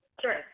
Sure